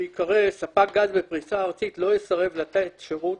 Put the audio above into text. שייקרא: ספק גז בפריסה ארצית לא יסרב לתת שירות